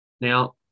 Now